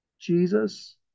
Jesus